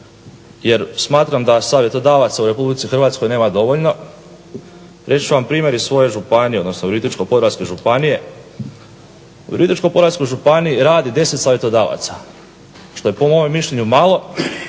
jer smatram da savjetodavaca u RH nema dovoljno. Reći ću vam primjer iz svoje županije, odnosno Virovitičko-podravske županije. U Virovitičko-podravskoj županiji radi 10 savjetodavaca što je po mome mišljenju malo